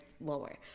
lower